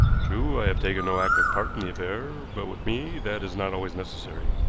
true, i have taken no active part in the affair, but with me that is not always necessary.